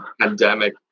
Pandemic